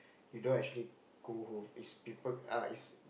you don't actually go home is people uh is